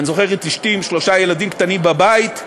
אני זוכר את אשתי עם שלושה ילדים קטנים בבית,